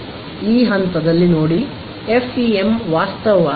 ಈ ಹಂತದಲ್ಲಿ ನೋಡಿ ಎಫ್ಇಎಂ ವಾಸ್ತವವಾಗಿ ಇಲ್ಲ